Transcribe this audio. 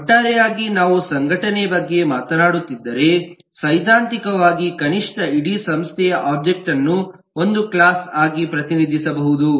ಒಟ್ಟಾರೆಯಾಗಿ ನಾವು ಸಂಘಟನೆಯ ಬಗ್ಗೆ ಮಾತನಾಡುತ್ತಿದ್ದರೆ ಸೈದ್ಧಾಂತಿಕವಾಗಿ ಕನಿಷ್ಠ ಇಡೀ ಸಂಸ್ಥೆಯ ಒಬ್ಜೆಕ್ಟ್ ಅನ್ನು ಒಂದು ಕ್ಲಾಸ್ ಆಗಿ ಪ್ರತಿನಿಧಿಸಬಹುದು